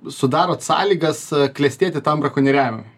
sudarot sąlygas klestėti tam brakonieriavimui